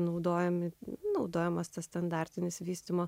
naudojami naudojamas tas standartinis vystymo